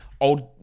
old